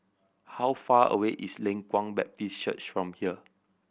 how far away is Leng Kwang Baptist Church from here